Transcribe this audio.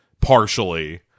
Partially